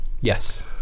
Yes